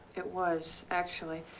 it was, actually.